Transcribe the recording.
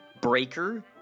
Breaker